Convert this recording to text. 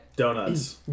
Donuts